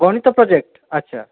ଗଣିତ ପ୍ରୋଜେକ୍ଟ ଆଚ୍ଛା